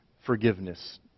forgiveness